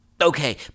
Okay